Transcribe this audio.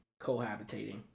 cohabitating